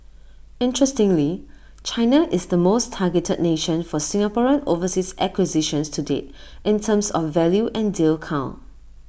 interestingly China is the most targeted nation for Singaporean overseas acquisitions to date in terms of value and deal count